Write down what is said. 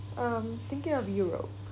um thinking of europe